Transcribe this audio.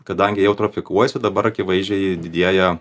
kadangi jie jau tropikuojasi dabar akivaizdžiai didėja